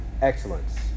excellence